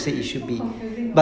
so confusing